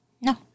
No